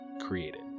created